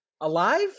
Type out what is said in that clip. alive